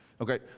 Okay